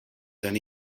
then